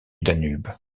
danube